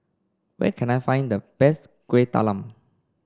where can I find the best Kueh Talam